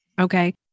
Okay